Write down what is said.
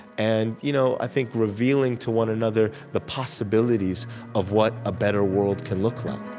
and, you know i think, revealing to one another the possibilities of what a better world can look